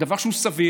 דבר שהוא סביר,